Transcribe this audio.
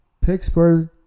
Pittsburgh